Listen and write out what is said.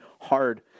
hard